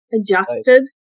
adjusted